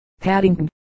Paddington